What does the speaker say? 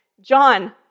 John